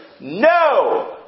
No